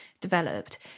developed